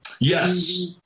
Yes